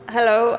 Hello